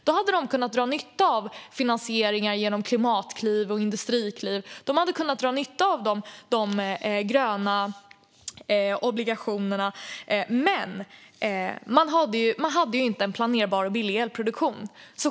De hade kunnat dra nytta av finansiering genom Klimatklivet och Industriklivet och de gröna obligationerna, men de hade ju inte en planerbar och billig elproduktion.